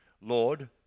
Lord